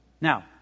Now